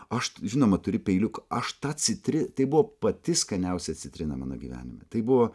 aš žinoma turi peiliuką aš tą citri tai buvo pati skaniausia citrina mano gyvenime tai buvo